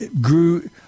grew